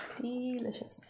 Delicious